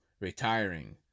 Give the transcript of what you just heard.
retiring